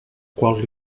qual